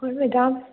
ꯍꯣꯏ ꯃꯦꯗꯥꯝ